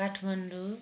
Kathmandu